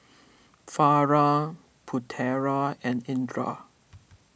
Farah Putera and Indra